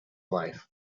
life